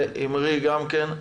ואימרי ביטון גם כן,